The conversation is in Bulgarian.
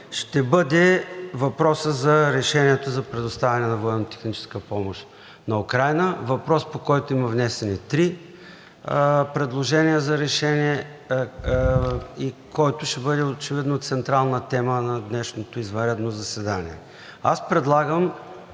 ще бъде въпросът за решението за предоставяне на военно-техническа помощ на Украйна – въпрос, по който има внесени три предложения за решение, и който ще бъде очевидно централна тема на днешното извънредно заседание. Аз предлагам